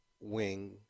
wing